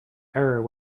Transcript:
error